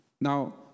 Now